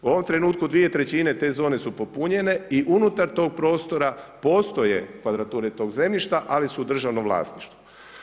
U ovom trenutku 2/3 te zone se upotpunjene i unutar tog prostora postoje kvadrature tog zemljišta ali su u državnom vlasništvu.